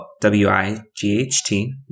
W-I-G-H-T